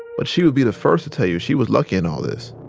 but she would be the first to tell you she was lucky in all this.